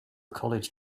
college